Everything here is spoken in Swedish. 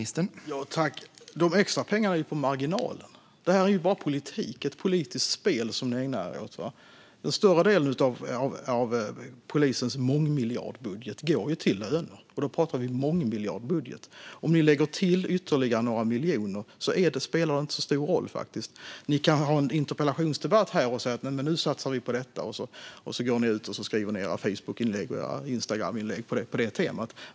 Herr talman! De extra pengarna är ju på marginalen. Detta är bara politik, ett politiskt spel som ni ägnar er åt. Den större delen av polisens mångmiljardbudget går ju till löner. Om ni lägger till ytterligare några miljoner spelar faktiskt inte så stor roll. Ni kan ha en interpellationsdebatt här och säga: Nu satsar vi på detta. Och så går ni ut och skriver era inlägg på Facebook och Instagram på det temat.